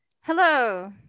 Hello